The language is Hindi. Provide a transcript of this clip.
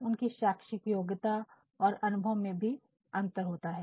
उनकी शैक्षिक योग्यता और अनुभव में भी अंतर होता है